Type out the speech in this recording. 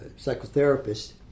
psychotherapist